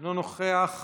אינו נוכח,